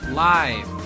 live